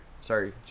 sorry